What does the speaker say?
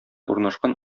урнашкан